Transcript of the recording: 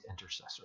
intercessor